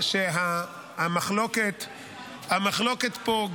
שהמחלוקת פה,